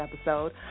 episode